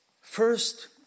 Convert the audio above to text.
first